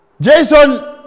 Jason